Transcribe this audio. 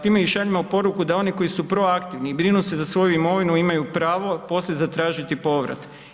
Time im šaljemo poruku da oni koji su proaktivni i brinu se za svoju imovinu imaju pravo poslije zatražiti povrat.